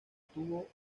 tubo